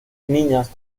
niñas